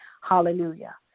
Hallelujah